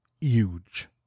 huge